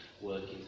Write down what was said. working